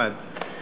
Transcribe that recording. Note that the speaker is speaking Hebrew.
טלב במקום טלב.